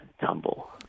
tumble